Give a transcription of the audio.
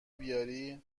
بیاری